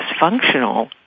dysfunctional